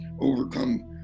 overcome